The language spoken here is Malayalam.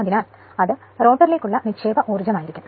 അതിനാൽ അത് റോട്ടറിലേക്കുള്ള നിക്ഷേപ ഊർജം ആയിരിക്കും